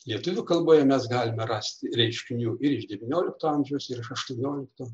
lietuvių kalboje mes galime rasti reiškinių ir iš devyniolikto amžiaus ir iš aštuoniolikto